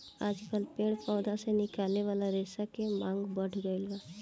आजकल पेड़ पौधा से निकले वाला रेशा के मांग बढ़ गईल बा